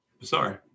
Sorry